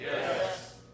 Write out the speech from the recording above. Yes